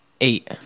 Eight